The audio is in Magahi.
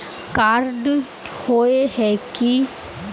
कार्ड होय है की?